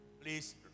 please